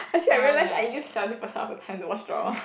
actually I realize I use seventy percent of the time to watch drama